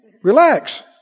Relax